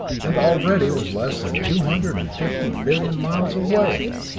and already was less than two hundred and fifty billion miles away!